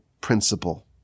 principle